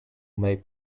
may